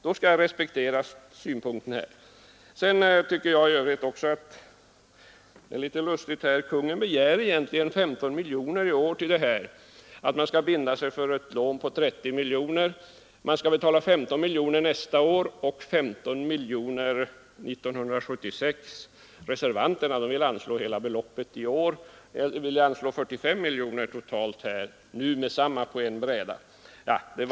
Kungl. Maj:ts förslag innebär att man begär 15 miljoner kronor omedelbart och dessutom ett bemyndigande för ett lån på 30 miljoner att utbetalas med 15 miljoner år 1975 och 15 miljoner år 1976. Reservanterna vill anslå hela beloppet i år, således 45 miljoner totalt nu på ett bräde.